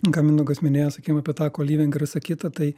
ką mindaugas minėjo sakykime apie tą koliving ir visa kita tai